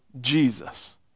Jesus